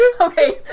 Okay